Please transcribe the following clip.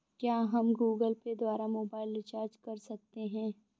क्या हम Google Pay द्वारा मोबाइल रिचार्ज कर सकते हैं?